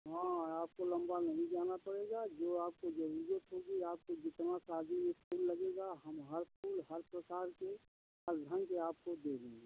हाँ आपको लंबा नहीं जाना पड़ेगा जो आपको ज़रूरत होगी आपको जितना शादी में फूल लगेगा हम हर फूल हर प्रकार के हर ढंग के आपको दे देंगे